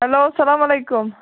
hello سلام علیکُم